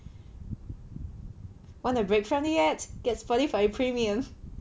want a break from the ads get Spotify premium